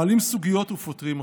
מעלים סוגיות ופותרים אותן.